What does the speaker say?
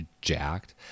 jacked